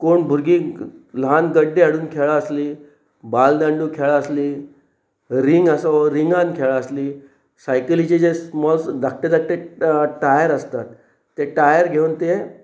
कोण भुरगीं ल्हान गड्डे हाडून खेळ आसली बालदांडू खेळ आसली रिंग आसा हो रिंगान खेळ आसली सायकलीचे जे स्मोस धाकटे धाकटे टायर आसतात ते टायर घेवन ते